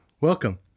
welcome